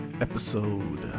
episode